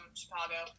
chicago